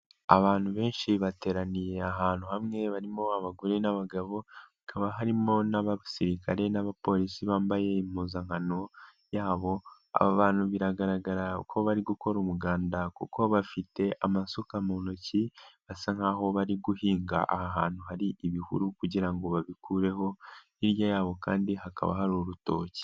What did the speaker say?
Abantu benshi bateraniye ahantu hamwe, barimo abagore n'abagabo, hakaba harimo n'abasirikare n'abapolisi bambaye impuzankano yabo, aba bantu biragaragara ko bari gukora umuganda kuko bafite amasuka mu ntoki, basa nk'aho bari guhinga aha hantu hari ibihuru kugira ngo babikureho, hirya yabo kandi hakaba hari urutoki.